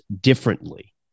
differently